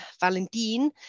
Valentin